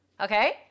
okay